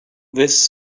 this